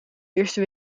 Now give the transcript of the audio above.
eerste